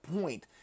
point